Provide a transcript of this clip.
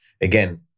again